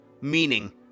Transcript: Meaning